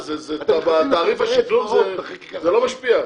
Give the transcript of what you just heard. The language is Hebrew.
תעריף השקלול זה לא משפיע.